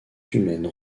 humaine